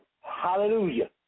Hallelujah